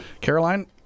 Caroline